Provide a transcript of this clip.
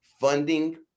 funding